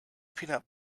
peanut